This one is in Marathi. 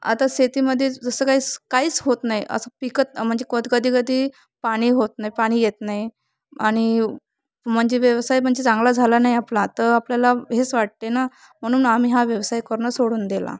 आता शेतीमध्ये जसं काही काहीच होत नाही असं पिकत म्हणजे क कधी कधी पाणी होत नाही पाणी येत नाही आणि म्हणजे व्यवसाय म्हणजे चांगला झाला नाही आपला तर आपल्याला हेच वाटते ना म्हणून आम्ही हा व्यवसाय करणं सोडून दिला